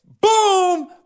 Boom